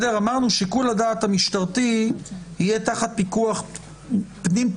אמרנו ששיקול הדעת המשטרתי יהיה תחת פיקוח פנים-פרקליטותי,